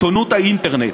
עיתונות האינטרנט.